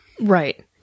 right